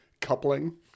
Coupling